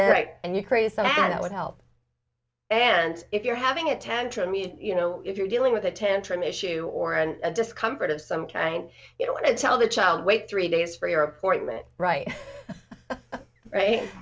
right and you crazy that would help and if you're having a tantrum you know if you're dealing with a tantrum issue or an discomfort of some kind you don't want to tell the child wait three days for your appointment right right